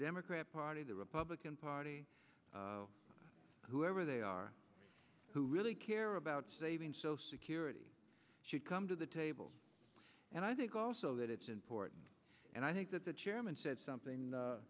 democrat party the republican party whoever they are who really care about saving social security should come to the table and i think also that it's important and i think that the chairman said something